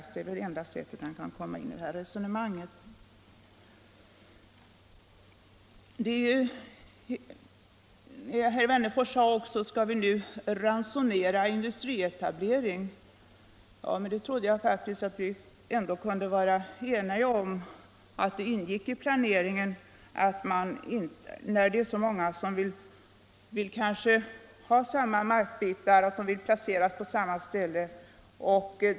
Det kanske kan anses förvånande för dem som kommer ihåg utskottets tidigare initiativ för att påkalla en vidare tillämpning. Jag vill därför påpeka att utskottet då inte gjorde annat än vände sig mot en tillämpning som vi ansåg inte stämde med 1974 års riktlinjer.